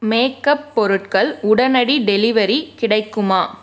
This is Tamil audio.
மேக் அப் பொருட்கள் உடனடி டெலிவரி கிடைக்குமா